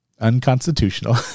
unconstitutional